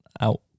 out